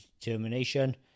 determination